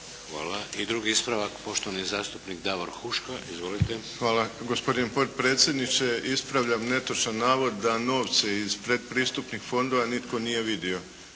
Hvala. I drugi ispravak, poštovani zastupnik Davor Huška. Izvolite. **Huška, Davor (HDZ)** Hvala. Gospodine potpredsjedniče ispravljam netočan navod da novce iz pretpristupnih fondova nitko nije vidio.